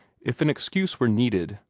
if an excuse were needed,